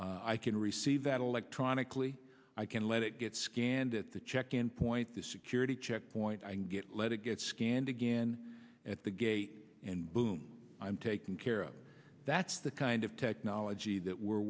o i can receive that electronically i can let it get scanned at the check in point the security checkpoint i get let it get scanned again at the gate and boom i'm taken care of that's the kind of technology that we're